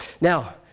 Now